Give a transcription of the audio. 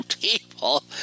people